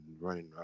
running